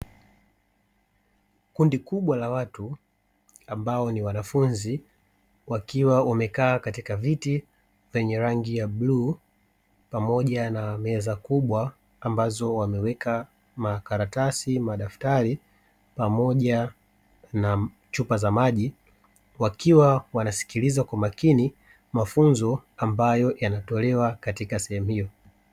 Kundi kubwa la watu ambao ni wanafunzi, wakiwa wamekaa katika viti vyenye rangi ya bluu, pamoja na meza kubwa ambazo wameweka makaratasi na madaftari, pamoja na chupa za maji, wakiwa wanasikiliza kwa makini mafunzo ambayo yanatolewa katika sehemu hiyo.